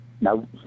No